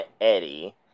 Eddie